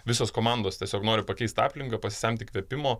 visos komandos tiesiog nori pakeist aplinką pasisemt įkvėpimo